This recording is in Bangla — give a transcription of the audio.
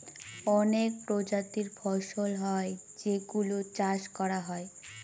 অনেক প্রজাতির ফসল হয় যেই গুলো চাষ করা হয়